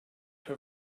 her